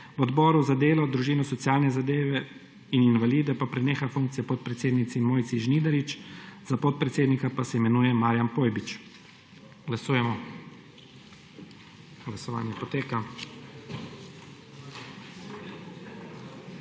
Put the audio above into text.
V Odboru za delo, družino, socialne zadeve in invalide pa preneha funkcija podpredsednici Mojci Žnidarič za podpredsednika pa se imenuje Marijan Pojbič.« Glasujemo. Navzočih